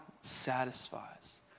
satisfies